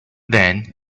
then